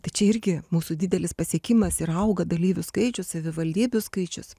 tai čia irgi mūsų didelis pasiekimas ir auga dalyvių skaičius savivaldybių skaičius